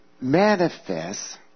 manifest